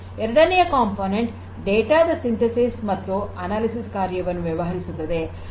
ಎರಡನೆಯ component data ದ synthesis ಮತ್ತು ಅನಾಲಿಸಿಸ್ ಕಾರ್ಯವನ್ನು ವ್ಯವಹರಿಸುತ್ತದೆ